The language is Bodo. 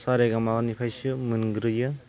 सा रे गा मा निफ्रायसो मोनग्रोयो